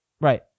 Right